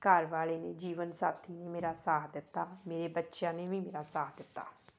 ਘਰਵਾਲੇ ਨੇ ਜੀਵਨ ਸਾਥੀ ਨੇ ਮੇਰਾ ਸਾਥ ਦਿੱਤਾ ਮੇਰੇ ਬੱਚਿਆਂ ਨੇ ਵੀ ਮੇਰਾ ਸਾਥ ਦਿੱਤਾ